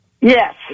Yes